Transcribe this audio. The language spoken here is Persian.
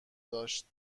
داشت